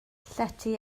llety